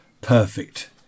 perfect